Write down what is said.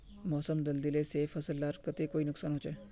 मौसम बदलिले से फसल लार केते कोई नुकसान होचए?